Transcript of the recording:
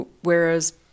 whereas